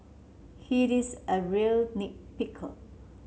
he is a real nit picker